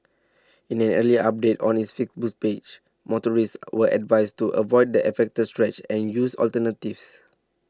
in an earlier update on its Facebook page motorists were advised to avoid the affected stretch and use alternatives